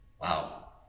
Wow